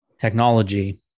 technology